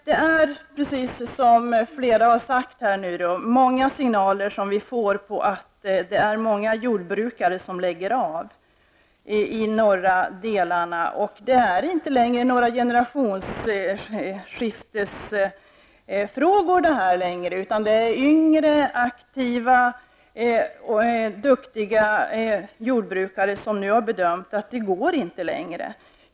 Som flera talare här sagt får vi flera signaler om att många jordbrukare lägger av i de norra delarna av landet. Det är inte längre fråga om några generationsskiftesproblem, utan det är yngre, aktiva och duktiga jordbrukare som nu har bedömt att det inte går längre.